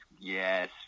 yes